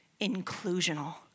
inclusional